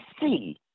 see